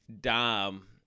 Dom